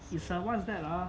is the what's that ah